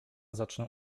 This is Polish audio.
zacznę